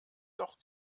doch